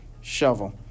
shovel